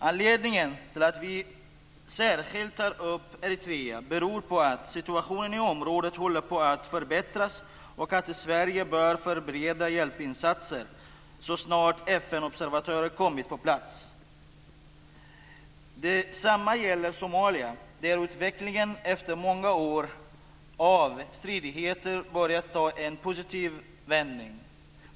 Anledning till att vi särskilt tar upp Eritrea beror på att situationen i området håller på att förbättras och att Sverige bör förbereda hjälpinsatser så snart FN-observatörer kommit på plats. Detsamma gäller Somalia, där utvecklingen efter många år av stridigheter börjat ta en positiv vändning.